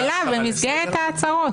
שאלה במסגרת ההצעות.